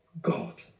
God